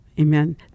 Amen